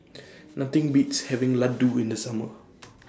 Nothing Beats having Laddu in The Summer